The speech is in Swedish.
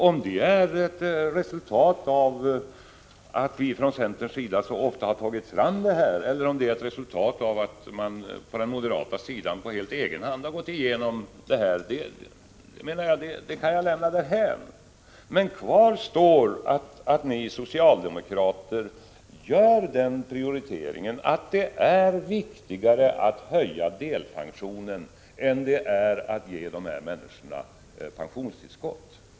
Om det är ett resultat av att vi från centerns sida så ofta har tagit fram det här, eller om det är ett resultat av att man på den moderata sidan på helt egen hand har gått igenom det, kan jag lämna därhän. Kvar står att ni socialdemokrater gör prioriteringen att det är viktigare att höja delpensionen än att ge de här människorna pensionstillskott.